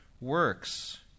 works